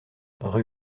rue